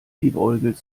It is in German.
liebäugelt